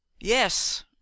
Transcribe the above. yes